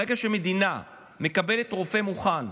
ברגע שמדינה מקבלת רופא מוכן,